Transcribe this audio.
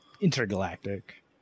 intergalactic